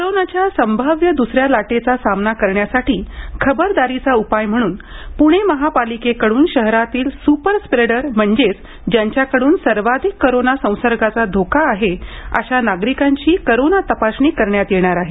कोरोनाच्या संभाव्य दुसऱ्या लाटेचा सामना करण्यासाठी खबरदारीचा उपाय म्हणून पुणे महापालिकेकडून शहरातील सुपर स्प्रेडर म्हणजेच ज्यांच्याकडून सर्वाधिक कोरोना संसर्गाचा धोका आहे अशा नागरिकांची कोरोना तपासणी करण्यात येणार आहे